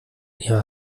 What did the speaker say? ihrer